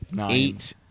eight